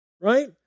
right